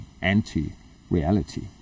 anti-reality